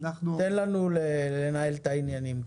תן לנו לנהל את העניינים.